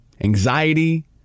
anxiety